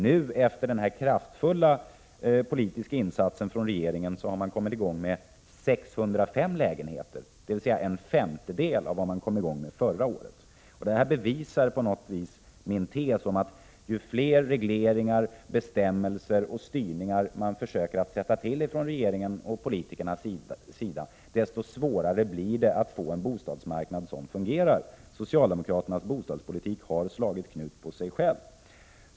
Nu — efter den kraftfulla politiska insatsen från regeringen — har man kommit i gång med 605 lägenheter, dvs. en femtedel av vad man kom i gång med förra året. Detta bevisar på något sätt min tes om att ju fler regleringar och bestämmelser och ju mer styrning som man försöker sätta till från regeringens och politikernas sida, desto svårare blir det att få en bostadsmarknad som fungerar. Socialdemokraternas bostadspolitik har slagit knut på sig själv.